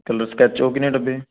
ਚਲੋ ਸਕੈਚ ਉਹ ਕਿੰਨੇ ਡੱਬੇ